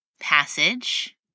passage